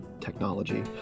technology